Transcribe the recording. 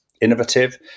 innovative